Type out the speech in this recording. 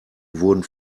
wurden